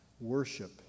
Worship